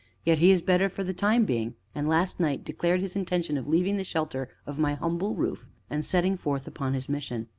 yet he is better, for the time being, and last night declared his intention of leaving the shelter of my humble roof and setting forth upon his mission.